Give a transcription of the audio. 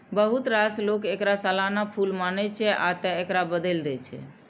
बहुत रास लोक एकरा सालाना फूल मानै छै, आ तें एकरा बदलि दै छै